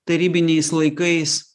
tarybiniais laikais